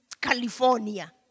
California